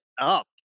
up